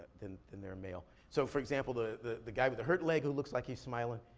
then then they're a male. so for example, the the guy with the hurt leg who looks like he's smiling,